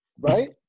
right